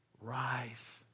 Rise